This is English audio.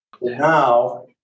now